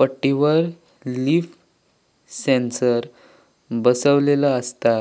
पट्टीवर leaf sensor बसवलेलो असता,